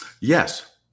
Yes